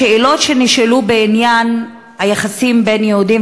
בשאלות שנשאלו בעניין היחסים בין יהודים